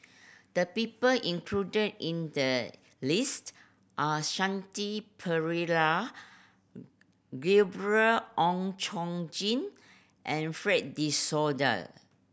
the people included in the list are Shanti Pereira Gabriel Oon Chong Jin and Fred De Souza